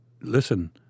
Listen